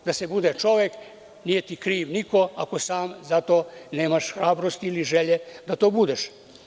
Da se bude čovek nije ti kriv niko ako sam za to nemaš hrabrosti ili želje da to budeš.